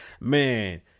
Man